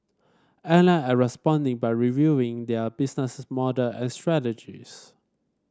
airline are responding by reviewing their business model strategies